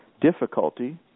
difficulty